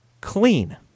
clean